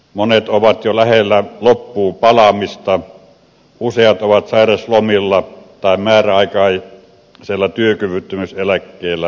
monet ovat jo lähellä loppuunpalamista useat ovat sairauslomilla tai määräaikaisella työkyvyttömyyseläkkeellä ja niin edelleen